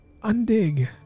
undig